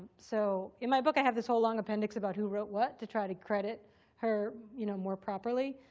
so in my book i have this whole long appendix about who wrote what to try to credit her you know more properly.